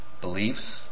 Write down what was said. beliefs